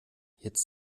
jetzt